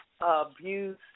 Abuse